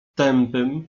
tępym